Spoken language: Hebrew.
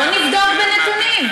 בוא נבדוק בנתונים.